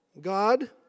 God